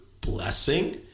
blessing